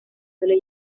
suele